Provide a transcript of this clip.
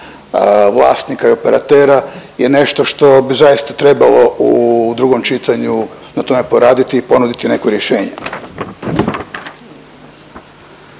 vlasnika i operatera je nešto što bi zaista trebalo u drugom čitanju na tome poraditi i ponuditi neko rješenje.